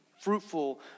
fruitful